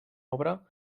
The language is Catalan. obra